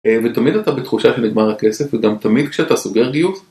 ותמיד אתה בתחושה שנגמר הכסף וגם תמיד כשאתה סוגר גיוס